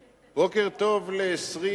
נצביע, בוקר טוב ל-23